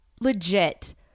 legit